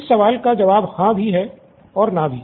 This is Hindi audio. इस सवाल का जवाब हाँ भी है और न भी